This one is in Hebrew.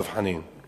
דב חנין.